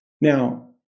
now